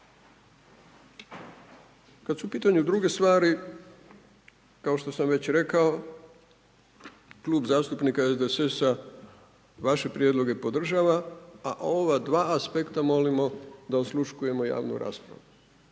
Kad su u pitanju druge stvari kao što sam već rekao Klub zastupnika SDSS-a vaše prijedloge podržava, a ova dva aspekta molimo da osluškujemo javnu raspravu.